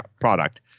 product